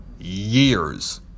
Years